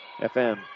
FM